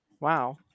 Wow